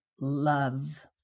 love